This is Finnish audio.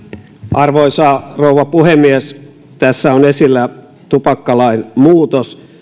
arvoisa rouva puhemies tässä on esillä tupakkalain muutos